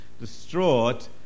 distraught